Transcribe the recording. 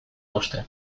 uste